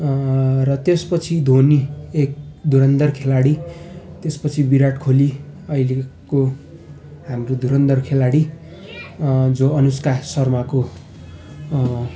र त्यसपछि धोनी एक धुरन्धर खेलाडी त्यसपछि विराट कोहली अहिलेको हाम्रो धुरन्धर खेलाडी जो अनुष्का शर्माको